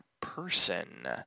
person